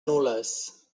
nules